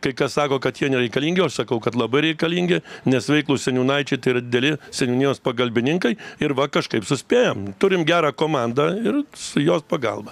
kai kas sako kad jie nereikalingi o aš sakau kad labai reikalingi nes veiklūs seniūnaičiai tai yra dideli seniūnijos pagalbininkai ir va kažkaip suspėjam turim gerą komandą ir su jos pagalba